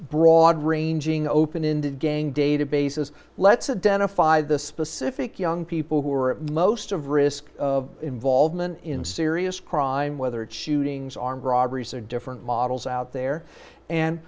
broad ranging open ended gang databases let's a den of five the specific young people who are most of risk of involvement in serious crime whether it's shootings armed robberies or different models out there and